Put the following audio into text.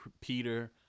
Peter